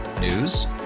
News